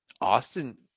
Austin